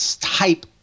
type